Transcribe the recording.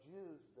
Jews